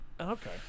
okay